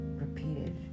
repeated